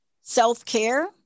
self-care